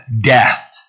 Death